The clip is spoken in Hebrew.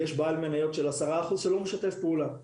ויש בעל מניות של 10% שלא משתף פעולה.